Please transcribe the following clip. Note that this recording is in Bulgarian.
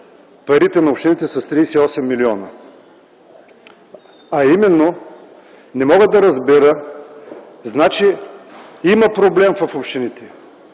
парите на общините с 38 милиона. Не мога да разбера. Значи има проблем в общините?